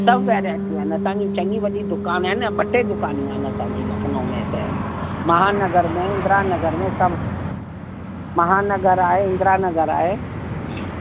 सभु वैराइटियूं आहिनि असांखे चङी वॾी दुकान आहे ॿ टे दुकानियूं आहिनि असांजी लखनऊ में त महानगर में इंद्रा नगर में सभु महानगर आहे इंद्रा नगर आहे